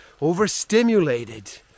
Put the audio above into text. overstimulated